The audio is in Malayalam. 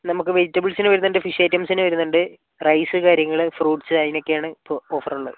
നമുക്ക് വെജിറ്റബിൾസിന് വരുന്നുണ്ട് ഫിഷ് ഐറ്റംസിന് വരുന്നുണ്ട് റൈസ് കാര്യങ്ങൾ ഫ്രൂട്സ് അതിനൊക്കെയാണ് ഇപ്പോൾ ഓഫർ ഉള്ളത്